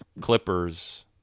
Clippers